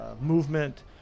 movement